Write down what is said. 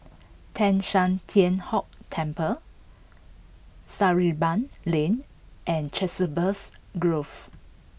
Teng San Tian Hock Temple Sarimbun Lane and Chiselhurst Grove